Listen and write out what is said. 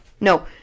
no